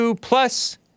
plus